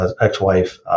ex-wife